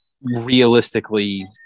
realistically